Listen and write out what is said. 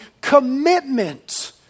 commitment